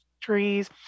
trees